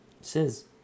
says